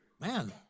man